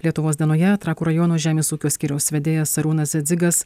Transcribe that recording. lietuvos dienoje trakų rajono žemės ūkio skyriaus vedėjas arūnas dzigas